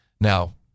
now